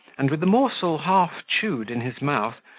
and, with the morsel half chewed in his mouth,